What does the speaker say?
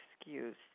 excuse